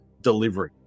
delivery